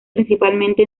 principalmente